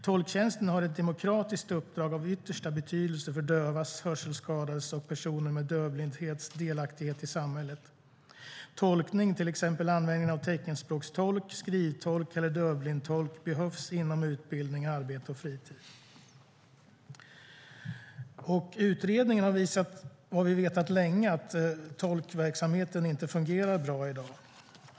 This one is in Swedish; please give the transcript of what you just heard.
Tolktjänsten har ett demokratiskt uppdrag av yttersta betydelse för dövas, hörselskadades och personer med dövblindhets delaktighet i samhället. Tolkning, t ex användning av teckenspråkstolk, skrivtolk eller dövblindtolk, behövs inom utbildning, arbete och fritid." Det står vidare att utredningen visade vad man har vetat länge, nämligen att tolkverksamheten inte fungerar bra i dag.